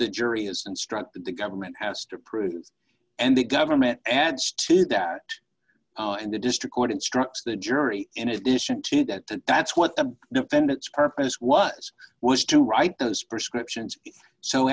the jury has instructed the government has to prove and the government adds to that and the district court instructs the jury in addition to that that's what the defendant's purpose was was to write those prescriptions so